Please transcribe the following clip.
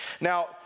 Now